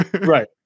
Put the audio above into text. Right